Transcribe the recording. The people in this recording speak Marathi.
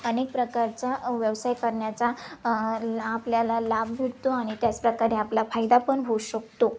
अनेक प्रकारचा व्यवसाय करण्याचा आपल्याला लाभ भेटतो आणि त्याचप्रकारे आपला फायदा पण होऊ शकतो